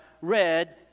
read